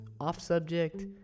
off-subject